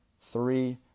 three